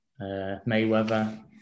Mayweather